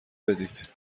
بدید